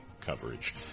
coverage